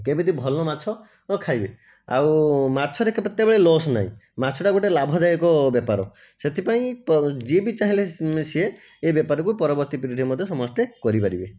କେମିତି ଭଲ ମାଛ ଖାଇବେ ଆଉ ମାଛରେ କେତେବେଳେ ଲସ୍ ନାହିଁ ମାଛଟା ଗୋଟିଏ ଲାଭଦାୟକ ବେପାର ସେଥିପାଇଁ ଯିଏବି ଚାହିଁଲେ ସିଏ ଏହି ବେପାରକୁ ପରବର୍ତ୍ତୀ ପିଢ଼ୀରେ ମଧ୍ୟ ସମସ୍ତେ କରିପାରିବେ